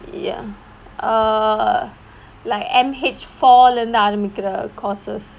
ya err like M_H four இருந்து ஆரம்பிக்குற:irunthu aarambikkura courses